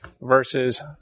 verses